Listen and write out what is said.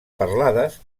parlades